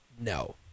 No